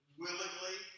willingly